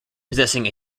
possessing